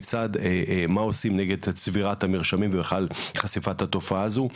מה עושים נגד צבירת המרשמים ובכלל חשיפת התופעה הזו.